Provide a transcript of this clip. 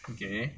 okay